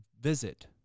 visit